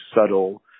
subtle